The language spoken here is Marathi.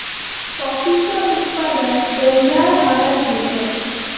कॉफीचा उत्पादन डोंगराळ भागांत घेतत